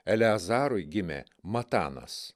eliazarui gimė matanas